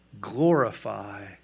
glorify